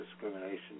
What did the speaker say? discrimination